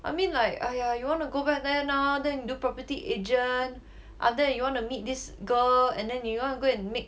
I mean like !aiya! you wanna go back there now then you do property agent after that you wanna meet this girl and then you want to go and make